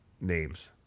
names